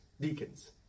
deacons